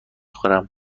خورم